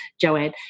Joanne